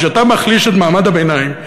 כשאתה מחליש את מעמד הביניים,